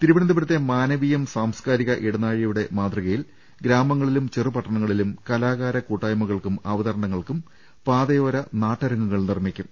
തിരുവനന്തപുരത്തെ മാനവീയം സാംസ്കാരിക ഇടനാഴിക യുടെ മാതൃകയിൽ ഗ്രാമങ്ങളിലും ചെറുപട്ടണങ്ങളിലും കലാ കാര കൂട്ടായ്മകൾക്കും അവതരണങ്ങൾക്കും പാതയോര നാട്ട രങ്ങുകൾ നിർമ്മിക്കും